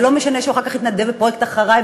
זה לא משנה שאחר כך הוא התנדב בפרויקט "אחריי!"